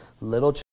Little